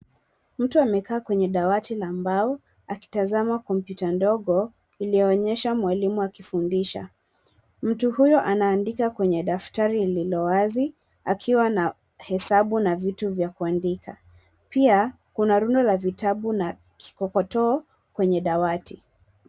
Mtu amekaa kwenye dawati la mbao, akitazama kompyuta dogo ilioonyesha mwalimu akifundisha. Mtu huyu anaandika kwenye daftali lililo wazi akiwa na hesabu na vitu vya kuandika. Pia kuna rundo la vitabu na kikokotoo kwenye dawati.